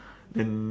then